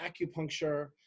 acupuncture